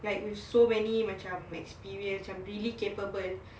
like with so many macam experience and really capable